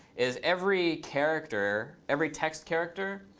is every character, every text character,